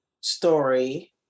story